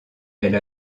elle